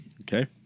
Okay